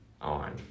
on